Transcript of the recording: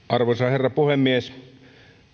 arvoisa herra puhemies